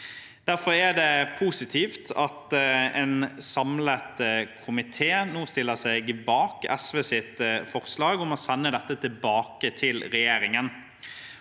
Derfor er det positivt at en samlet komité nå stiller seg bak SVs forslag om å sende dette tilbake til regjeringen.